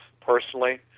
personally